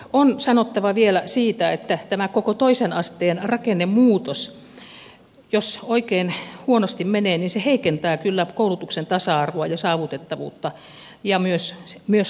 on sanottava vielä siitä että tämä koko toisen asteen rakennemuutos jos oikein huonosti menee heikentää kyllä koulutuksen tasa arvoa ja saavutettavuutta ja myös laatua